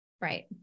right